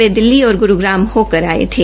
वे दिल्ली और ग्रूग्याम होकर आये थे